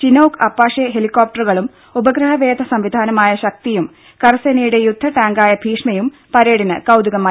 Chinook Apache ഹെലിക്കോപ്റ്ററുകളും ഉപഗ്രഹവേദ സംവിധാനമായ ശക്തിയും കരസേനയുടെ യുദ്ധടാങ്കായ ഭീക്ഷ്മയും പരേഡിന് കൌതുകമായി